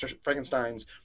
Frankenstein's